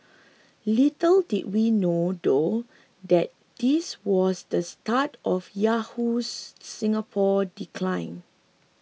little did we know though that this was the start of Yahoo Singapore decline